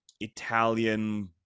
Italian